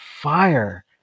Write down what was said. fire